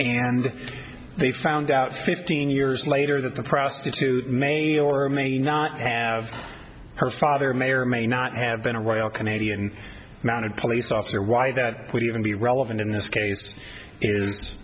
and they found out fifteen years later that the prostitute may or may not have her father may or may not have been a royal canadian mounted police officer why that would even be relevant in this case